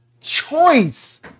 choice